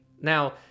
Now